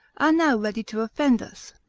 are now ready to offend us.